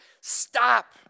Stop